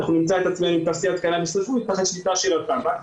אנחנו נמצא את עצמנו עם תעשיית קנאביס רפואי תחת שליטה של הטבק,